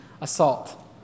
assault